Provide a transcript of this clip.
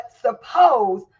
suppose